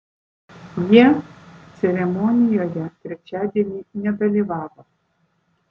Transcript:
jie ceremonijoje trečiadienį nedalyvavo